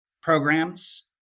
programs